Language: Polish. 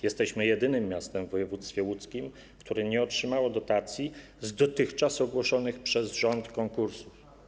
Jesteśmy jedynym miastem w województwie łódzkim, które nie otrzymało dotacji z dotychczas ogłoszonych przez rząd konkursów.